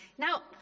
Now